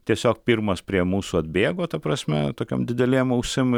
tiesiog pirmas prie mūsų atbėgo ta prasme tokiom didelėm ausim